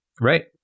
Right